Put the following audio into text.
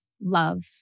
love